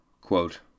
quote